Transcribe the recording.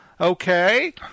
Okay